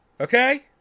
Okay